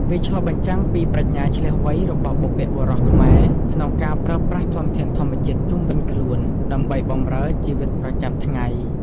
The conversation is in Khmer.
វាឆ្លុះបញ្ចាំងពីប្រាជ្ញាឈ្លាសវៃរបស់បុព្វបុរសខ្មែរក្នុងការប្រើប្រាស់ធនធានធម្មជាតិជុំវិញខ្លួនដើម្បីបម្រើជីវិតប្រចាំថ្ងៃ។